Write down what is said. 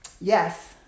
yes